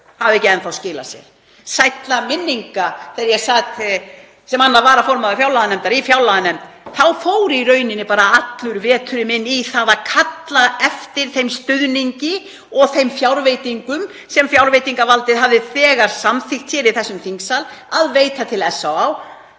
sællrar minningar, þegar ég sat sem annar varaformaður fjárlaganefndar í fjárlaganefnd þá fór í rauninni bara allur veturinn minn í það að kalla eftir þeim stuðningi og þeim fjárveitingum sem fjárveitingavaldið hafði þegar samþykkt hér í þessum þingsal að veita til SÁÁ.